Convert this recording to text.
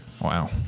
Wow